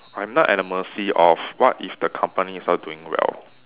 I'm not at the mercy of what if the company is not doing well